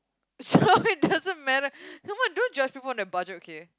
so it doesn't matter come on don't judge me on a budget okay